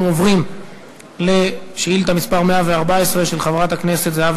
אנחנו עוברים לשאילתה מס' 114 של חברת הכנסת זהבה